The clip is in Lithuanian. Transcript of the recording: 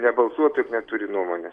nebalsuotų ir neturi nuomonės